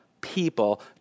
people